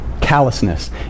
callousness